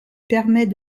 permet